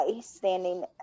standing